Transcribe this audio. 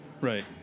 Right